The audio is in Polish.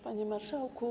Panie Marszałku!